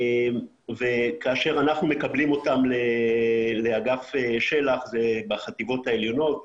וכאשר אנחנו מקבלים אותם לאגף של"ח זה בחטיבות העליונות,